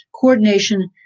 coordination